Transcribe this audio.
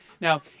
Now